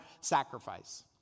sacrifice